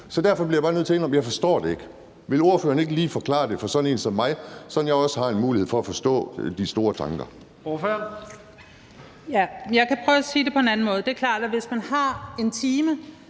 mål. Derfor bliver jeg bare nødt til at indrømme, at jeg ikke forstår det. Vil ordføreren ikke lige forklare det for sådan en som mig, så jeg også har en mulighed for at forstå de store tanker? Kl. 21:04 Første næstformand (Leif Lahn Jensen):